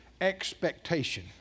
expectation